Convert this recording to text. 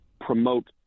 promote